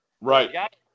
Right